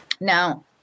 now